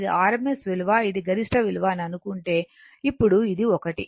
ఇది rms విలువ ఇది గరిష్ట విలువ అని అనుకుంటే ఇప్పుడు ఇది ఒకటి